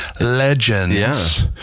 legends